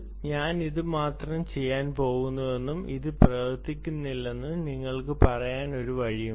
ഞാൻ ഇത് മാത്രം ചെയ്യാൻ പോകുന്നുവെന്നും ഇത് പ്രവർത്തിക്കില്ലെന്നും നിങ്ങൾക്ക് പറയാൻ ഒരു വഴിയുമില്ല